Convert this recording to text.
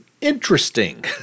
interesting